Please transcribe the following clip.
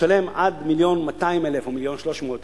עד מיליון ו-200,000 או מיליון ו-300,000.